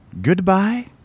Goodbye